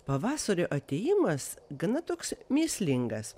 pavasario atėjimas gana toks mįslingas